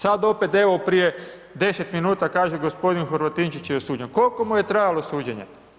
Sada opet evo prije 10 minuta, kaže g. Horvatinčić je osuđen, koliko mu je trajalo suđenje?